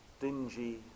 dingy